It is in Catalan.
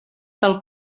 del